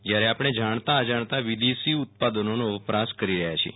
જ્યારે આપણે જાણતાં અજાણતાં વિદેશી ઉત્પાદનોનો વપરાશ કરી રહ્યા છીએ